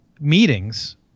meetings